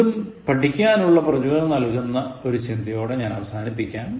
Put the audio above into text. എന്തും പഠിക്കാൻഉള്ള പ്രജോദനം നൽകുന്ന ഒരു ചിന്തയോടെ ഞാൻ അവസാനിപ്പിക്കാം